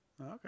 Okay